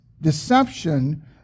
deception